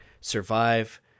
survive